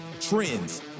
trends